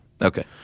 okay